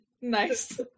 Nice